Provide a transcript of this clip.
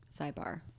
Sidebar